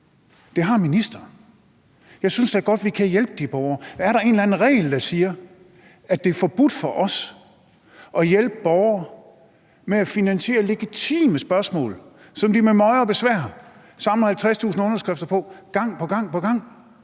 Det har ministeren. Jeg synes da godt, vi kan hjælpe de borgere. Er der en eller anden regel, der siger, at det er forbudt for os at hjælpe borgere med at finansiere legitime spørgsmål, som de med møje og besvær samler 50.000 underskrifter til gang på gang på gang?